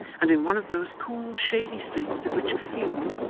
and in one of those cool, shady streets, of which a few,